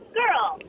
girl